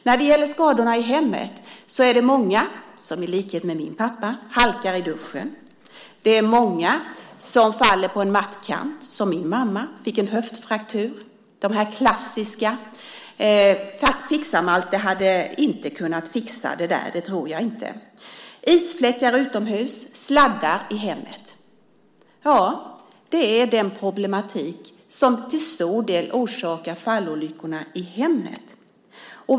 När det gäller skadorna i hemmet är det många som i likhet med min pappa halkar i duschen, och det är många som faller på en mattkant, som min mamma gjorde och fick en höftfraktur - dessa klassiska olyckor. Jag tror inte att Fixar-Malte hade kunnat fixa det. Isfläckar utomhus och sladdar på golven är den problematik som till stor del orsakar fallolyckorna i hemmet.